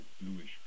bluish